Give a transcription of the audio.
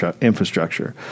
infrastructure